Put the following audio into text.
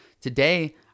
Today